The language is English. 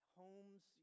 homes